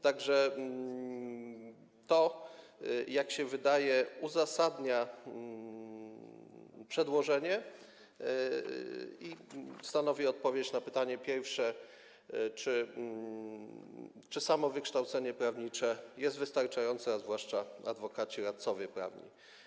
Tak że to, jak się wydaje, uzasadnia przedłożenie i stanowi odpowiedź na pytanie pierwsze, czy samo wykształcenie prawnicze jest wystarczające, a zwłaszcza czy mogą to być adwokaci i radcowie prawni.